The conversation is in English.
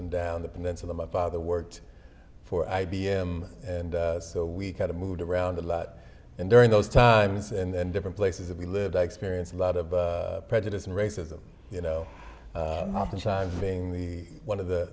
and down the peninsula my father worked for i b m and so we kind of moved around a lot and during those times and different places we lived i experienced a lot of prejudice and racism you know oftentimes being the one of the